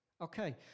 okay